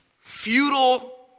futile